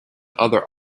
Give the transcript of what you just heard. other